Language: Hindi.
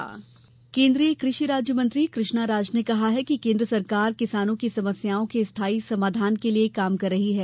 केन्द्र कृषि केन्द्रीय कृषि राज्यमंत्री श्रीमती कृष्णा राज ने कहा है कि केन्द्र सरकार किसानों की समस्याओं के स्थाई समाधान के लिये काम कर रही है